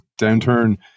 downturn